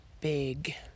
big